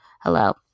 Hello